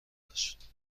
داشت